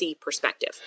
perspective